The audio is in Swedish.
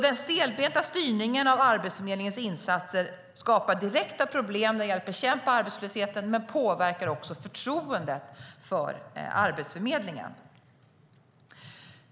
Den stelbenta styrningen av Arbetsförmedlingens insatser skapar direkta problem när det gäller att bekämpa arbetslösheten, men den påverkar också förtroendet för Arbetsförmedlingen.